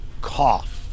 cough